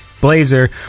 blazer